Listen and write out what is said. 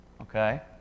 okay